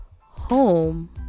home